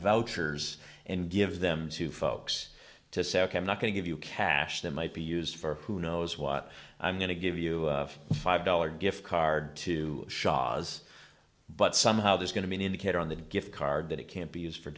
vouchers and give them to folks to say ok i'm not going to give you cash that might be used for who knows what i'm going to give you five dollars gift card to shah's but somehow there's going to be an indicator on the gift card that it can't be used for